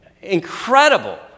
Incredible